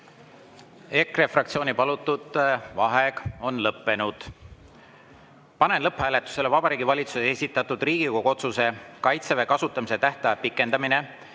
EKRE fraktsiooni palutud vaheaeg on lõppenud. Panen lõpphääletusele Vabariigi Valitsuse esitatud Riigikogu otsuse "Kaitseväe kasutamise tähtaja pikendamine